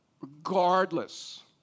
Regardless